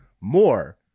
More